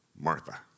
Martha